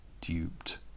duped